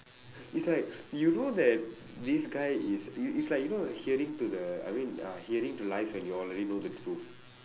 it's like you know that this guy is it it's like you know hearing to the I mean ah hearing to lies and when you already know the truth